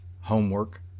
homework